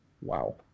wow